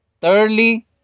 Thirdly